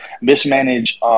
mismanage